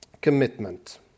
Commitment